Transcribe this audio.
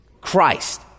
Christ